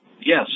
Yes